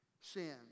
sin